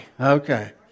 okay